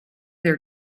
their